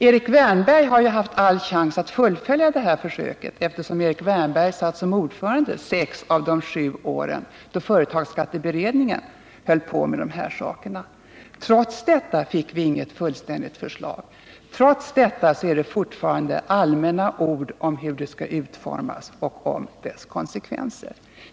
Erik Wärnberg har haft alla chanser att fullfölja detta försök, eftersom han satt som ordförande sex av de sju år då företagsskatteberedningen höll på med de här sakerna. Trots detta fick vi inget fullständigt förslag. Trots detta uttalar ni er fortfarande i allmänna ordalag om hur systemet skall utformas och om dess konsekvenser.